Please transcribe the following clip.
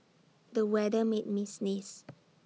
the weather made me sneeze